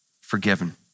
forgiven